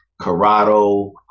Corrado